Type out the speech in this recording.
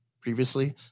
previously